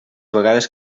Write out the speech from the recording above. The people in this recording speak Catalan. vegades